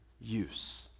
use